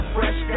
Fresh